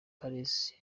paris